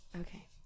Okay